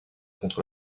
contre